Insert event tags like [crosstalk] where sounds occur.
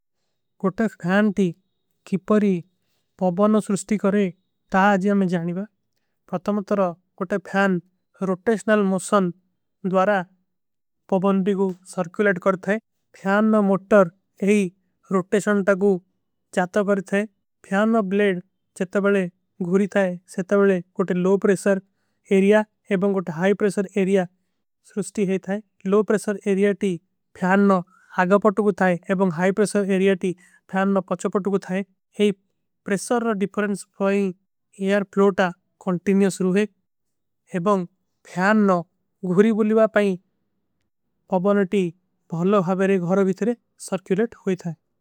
କୋଟେ ଫ୍ଯାନ ତୀ କିପରୀ ପଵାନୋ ସୁରୁଷ୍ଟୀ କରେ ତା ଅଜିଯା। ମେଂ ଜାନୀଵା ପତମାତର କୋଟେ ଫ୍ଯାନ ରୋଟେଶନଲ ମୋଚନ ଦ୍ଵାରା। ପଵାନଦୀ କୋ ସର୍କ୍ଯୂଲେଡ କରତା ହୈ ଫ୍ଯାନ ମେଂ ମୋଟର ଯହୀ। ରୋଟେଶନ ଟକୋ ଚାତା ପରତା ହୈ ଫ୍ଯାନ ମେଂ ବ୍ଲେଡ ଜଟବଲେ। ଗୁରୀ ଥାଈ ଜଟବଲେ କୋଟେ ଲୋପ୍ରେଶର ଏରିଯା ଏବଂଗ କୋଟେ। ହାଈ ପ୍ରେଶର ଏରିଯା ସୁରୁଷ୍ଟୀ ହୈ ଥାଈ ଫ୍ଯାନ ମେଂ ବ୍ଲେଡ ଜଟବଲେ। ଗୁରୀ ଥାଈ ଜଟବଲେ କୋଟେ ହାଈ [hesitation] ପ୍ରେଶର। ଏରିଯା ସୁରୁଷ୍ଟୀ ହୈ ଥାଈ। ଫ୍ଯାନ ମେଂ ବ୍ଲେଡ ଜଟବଲେ ଗୁରୀ ଥାଈ। ଜଟବଲେ କୋଟେ ହାଈ ପ୍ରେଶର ଏରିଯା ସୁରୁଷ୍ଟୀ ହୈ ଥାଈ।